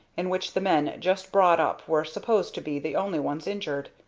in which the men just brought up were supposed to be the only ones injured.